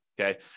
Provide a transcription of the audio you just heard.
Okay